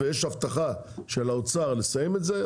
ויש הבטחה של האוצר לסיים את זה,